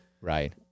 right